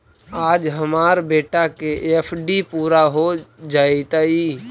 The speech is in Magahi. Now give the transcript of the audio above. आज हमार बेटा के एफ.डी पूरा हो जयतई